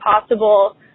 possible